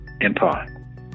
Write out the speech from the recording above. empire